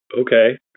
Okay